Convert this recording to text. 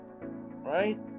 right